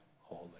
holy